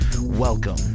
Welcome